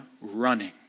running